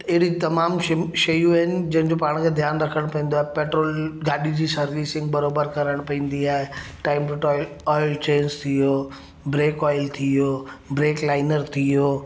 अहिड़ियूं तमामु शयूं आहिनि जंहिंजो पाण खे ध्यानु रखणु पईंदो आहे पैट्रोल गाॾी जी सर्विसिंग बराबरि करणु पईंदी आहे time to time oil change थी वियो ब्रेक ऑइल थी वियो ब्रेक लाइनर थी वियो